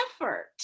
effort